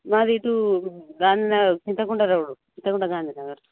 మాదిటు Gandhi Nagar Chintakunda Chintakunda Gandhinagar